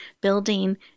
building